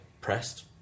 pressed